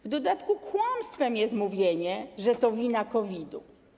W dodatku kłamstwem jest mówienie, że to wina COVID.